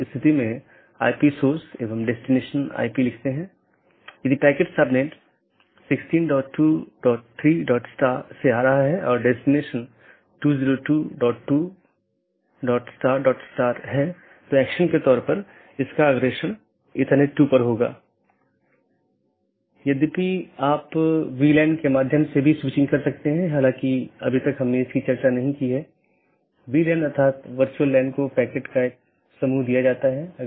इसलिए पथ का वर्णन करने और उसका मूल्यांकन करने के लिए कई पथ विशेषताओं का उपयोग किया जाता है और राउटिंग कि जानकारी तथा पथ विशेषताएं साथियों के साथ आदान प्रदान करते हैं इसलिए जब कोई BGP राउटर किसी मार्ग की सलाह देता है तो वह मार्ग विशेषताओं को किसी सहकर्मी को विज्ञापन देने से पहले संशोधित करता है